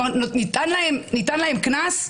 כבר ניתן להם קנס,